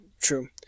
True